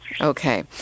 Okay